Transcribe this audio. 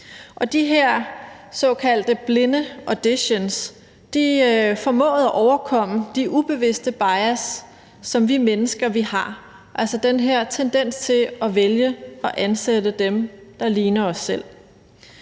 De her såkaldte blind auditions har formået at overkomme de ubevidste bias, som vi mennesker har, altså den her tendens til at vælge at ansætte dem, der ligner os selv.